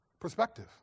perspective